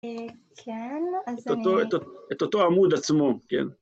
‫כן, אז אני... ‫-את אותו עמוד עצמו, כן.